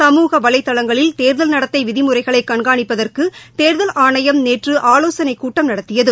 சமூக வலைத்தளங்களில் தேர்தல் நடத்தைவிதிமுறைகளைகண்காணிப்பதற்குதேர்தல் ஆணையம் நேற்றுஆவோசனைகூட்டம் நடத்தியது